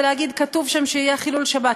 ולהגיד: כתוב שם שיהיה חילול שבת,